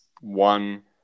one